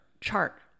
chart